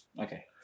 Okay